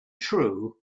true